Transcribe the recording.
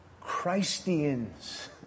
Christians